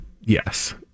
Yes